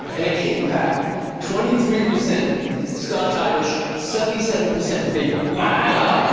and it came back twenty three percent scotch irish, seventy seven percent vapor. wow.